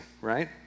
right